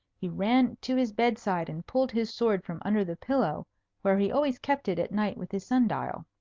he ran to his bedside and pulled his sword from under the pillows where he always kept it at night with his sun-dial.